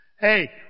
Hey